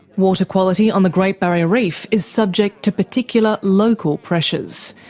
water quality on the great barrier reef is subject to particular local pressures.